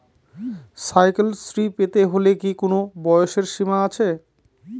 Cycle শ্রী পেতে হলে কি কোনো বয়সের সীমা আছে?